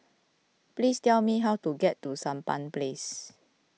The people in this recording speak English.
please tell me how to get to Sampan Place